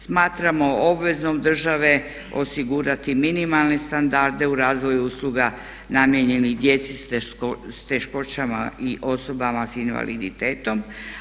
Smatramo obvezom države osigurati minimalne standarde u razvoju usluga namijenjenih djeci s teškoćama i osobama s invaliditetom.